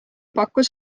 pakkus